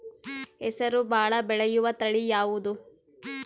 ಹೆಸರು ಭಾಳ ಬೆಳೆಯುವತಳಿ ಯಾವದು?